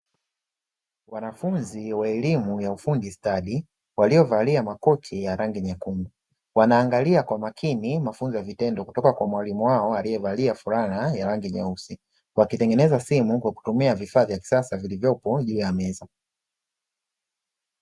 Wanafunzi wa elimu ya ufundi stadi, waliovalia makoti ya rangi nyekundu, wanaangalia kwa makini mafunzo ya vitendo kutoka kwa mwalimu wao aliyevalia fulana ya rangi nyeusi, wakitengeneza simu kwa kutumia vifaa vya kisasa vilivyopo juu ya meza.